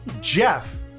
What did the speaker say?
Jeff